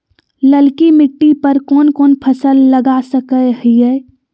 ललकी मिट्टी पर कोन कोन फसल लगा सकय हियय?